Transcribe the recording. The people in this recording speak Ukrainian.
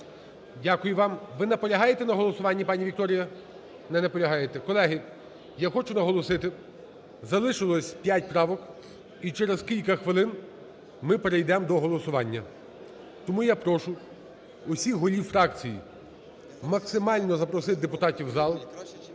Дякую вам. Ви наполягаєте на голосуванні, пані Вікторія? Не наполягаєте. Колеги, я хочу наголосити, залишилось 5 правок і через кілька хвилин ми перейдемо до голосування. Тому я прошу усіх голів фракцій максимально запросити депутатів в зал,